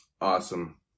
awesome